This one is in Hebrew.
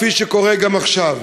כפי שקורה גם עכשיו.